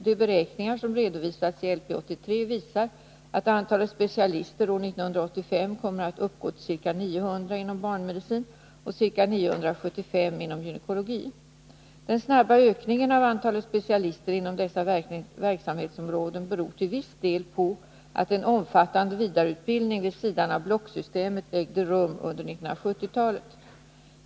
De beräkningar som redovisats i LP 83 visar att antalet specialister år 1985 kommer att uppgå till ca 900 inom barnmedicin och ca 975 inom gynekologi. Den snabba ökningen av antalet specialister inom dessa verksamhetsområden beror till viss del på att en omfattande vidareutbildning vid sidan av blocksystemet ägde rum under 1970-talet.